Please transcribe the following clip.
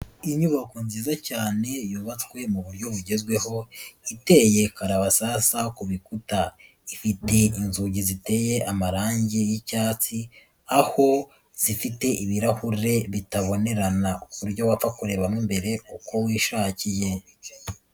Inyubako nziza cyane yubatswe mu buryo bugezweho, iteye karabasasa ku bikuta, inzugi ziteye amarangi y'icyatsi, aho zifite ibirahure bitabonerana ku buryo wapfakubona mo imbere uko wishakiye.